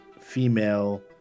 female